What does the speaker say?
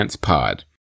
Pod